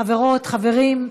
חברות, חברים.